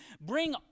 Bring